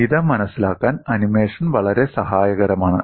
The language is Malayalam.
ഇത് മനസിലാക്കാൻ ആനിമേഷൻ വളരെ സഹായകരമാണ്